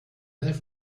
elf